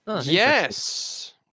Yes